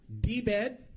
DBED